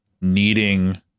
needing